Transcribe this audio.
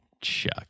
Chuck